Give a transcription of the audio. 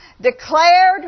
declared